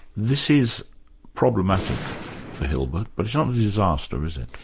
this is problematic for hilbert, but it's not a disaster, is it?